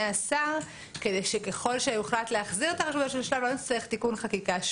השר" כדי שככל שיוחלט להחזיר את הרשות לא נצטרך שוב תיקון חקיקה.